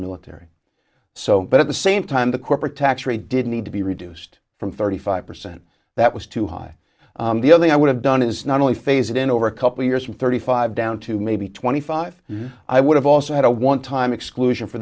military so but at the same time the corporate tax rate did need to be reduced from thirty five percent that was too high the only i would have done is not only phase it in over a couple years from thirty five down to maybe twenty five i would have also had a one time exclusion for